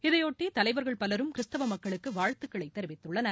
இதைபொட்டி தலைவர்கள் பலரும் கிறிஸ்தவ மக்களுக்கு வாழ்த்துக்களை தெரிவித்துள்ளனர்